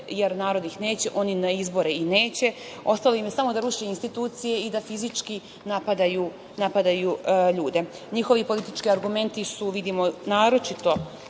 jer narod ih neće, oni na izbore i neće, ostalo im je samo da ruše institucije i da fizički napadaju ljude. Njihovi politički argumenti naročito